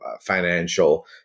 financial